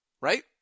Right